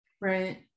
Right